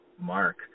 Mark